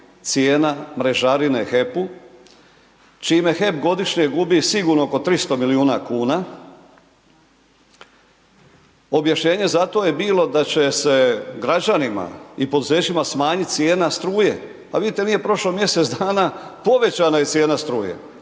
cijena mrežarine HEP-u, čime HEP godišnje gubi sigurno oko 300 milijuna kuna. Objašnjenje za to je bilo da će se građanima i poduzećima smanjiti cijena struje. Pa vidite, nije prošlo mjesec dana, povećana je cijena struje.